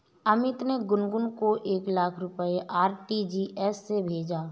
अमित ने गुनगुन को एक लाख रुपए आर.टी.जी.एस से भेजा